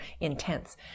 intense